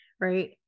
right